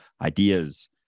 ideas